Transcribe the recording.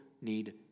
need